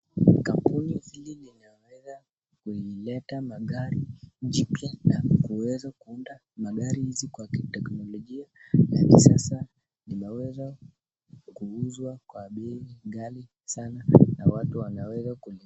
Kampuni hili limeweza kuleta magari jipya na kuweza kuunda magari hizi kwa kiteknolojia ya kisasa, linaweza kuuzwankwa bei ghali sana na watu wanaweza kuli.